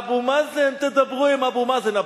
אבו מאזן, תדברו עם אבו מאזן.